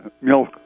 milk